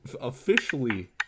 officially